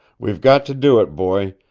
we've got to do it, boy.